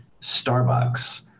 Starbucks